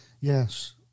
Yes